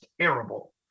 terrible